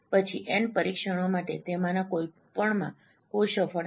પછી એન પરીક્ષણો માટે તેમાંના કોઈપણમાં કોઈ સફળ નથી